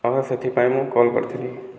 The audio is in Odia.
ହଁ ସେଥିପାଇଁ ମୁଁ କଲ କରିଥିଲି